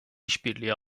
işbirliği